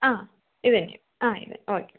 ആ ഇതുതന്നെ ആ ഇതുതന്നെ ഓക്കെ